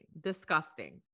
Disgusting